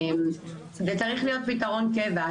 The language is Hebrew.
וצריך להיות פתרון קבע.